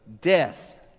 death